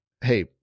Hey